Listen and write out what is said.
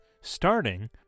starting